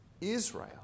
Israel